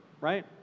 right